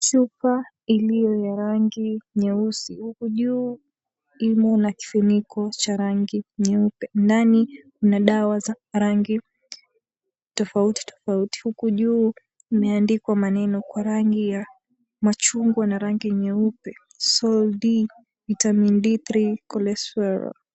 Chupa iliyo ya rangi nyeusi huku juu ina na kifuniko cha rangi nyeupe. Ndani kuna dawa za rangi tofauti tofauti huku juu imeandikwa maneno kwa rangi ya machungwa na rangi nyeupe, SOL D Vitamin D3 Cholecalciferol.